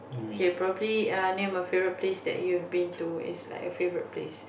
K probably err name a favourite place that you've been to is like a favourite place